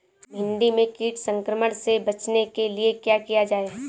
भिंडी में कीट संक्रमण से बचाने के लिए क्या किया जाए?